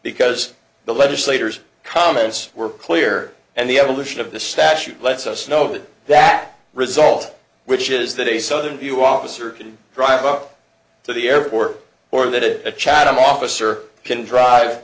because the legislators comments were clear and the evolution of the statute lets us know that result which is that a southern view officer can drive up to the airport or that it chatham officer can drive